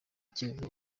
kirego